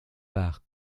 par